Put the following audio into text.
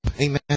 Amen